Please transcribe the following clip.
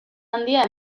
handia